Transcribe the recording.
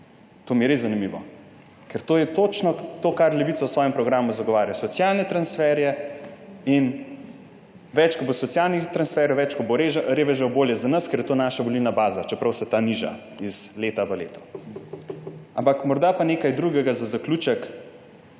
To mi je res zanimivo. Ker to je točno to, kar Levica v svojem programu zagovarja: socialne transferje. Več kot bo socialnih transferjev, več kot bo revežev, bolje za nas, ker je to naša volilna baza, čeprav se ta niža iz leta v leto. Morda pa nekaj drugega za zaključek.